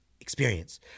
Experience